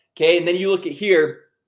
okay, and then you look at here.